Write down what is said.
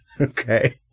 Okay